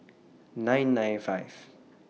nine nine five